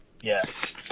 Yes